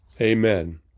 Amen